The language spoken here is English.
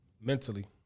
mentally